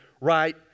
right